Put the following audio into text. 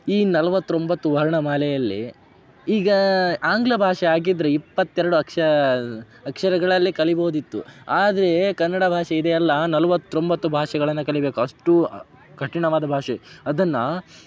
ಈ ನಲ್ವತ್ತೊಂಬತ್ತು ವರ್ಣಮಾಲೆಯಲ್ಲಿ ಈಗ ಆಂಗ್ಲ ಭಾಷೆ ಆಗಿದ್ದರೆ ಇಪ್ಪತ್ತೆರಡು ಅಕ್ಷರ ಅಕ್ಷರಗಳಲ್ಲಿ ಕಲಿಯಬೋದಿತ್ತು ಆದ್ರೆ ಕನ್ನಡ ಭಾಷೆ ಇದೆ ಅಲ್ವಾ ನಲ್ವತ್ತೊಂಬತ್ತು ಭಾಷೆಗಳನ್ನು ಕಲಿಯಬೇಕು ಅಷ್ಟು ಕಠಿಣವಾದ ಭಾಷೆ ಅದನ್ನು